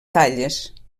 talles